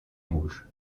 rouge